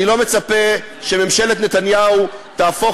אני לא מצפה שממשלת נתניהו תהפוך